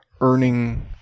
earning